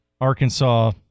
Arkansas